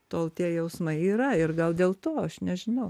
tol tie jausmai yra ir gal dėl to aš nežinau